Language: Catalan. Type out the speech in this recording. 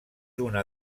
una